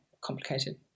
complicated